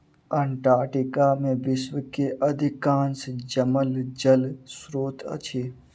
Antarctica में विश्व के अधिकांश जमल जल स्त्रोत अछि